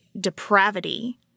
depravity